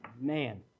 Man